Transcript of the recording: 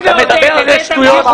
אתה מדבר שטויות.